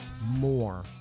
more